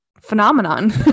phenomenon